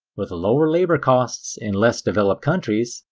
with lower labor costs in less developed countries,